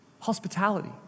Hospitality